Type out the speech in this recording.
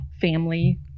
family